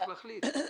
צריך להחליט.